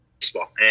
baseball